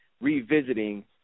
revisiting